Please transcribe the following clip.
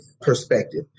perspective